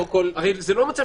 ידידיי,